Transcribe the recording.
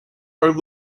are